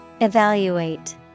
Evaluate